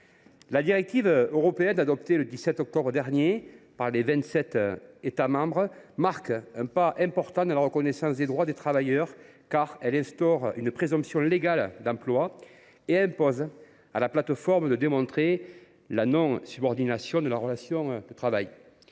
La directive européenne du 23 octobre dernier marque un pas important dans la reconnaissance des droits des travailleurs, car elle instaure une présomption légale d’emploi et impose à la plateforme de démontrer la non subordination de la relation de travail.